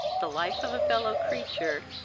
the life of a fellow-creature,